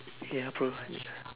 ya probably